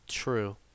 True